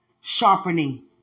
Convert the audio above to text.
sharpening